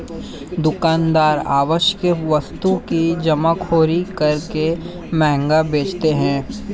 दुकानदार आवश्यक वस्तु की जमाखोरी करके महंगा बेचते है